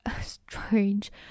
strange